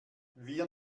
wir